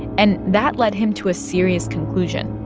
and that led him to a serious conclusion.